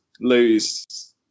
lose